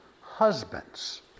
Husbands